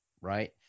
Right